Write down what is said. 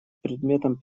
предметом